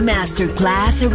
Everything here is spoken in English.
Masterclass